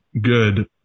good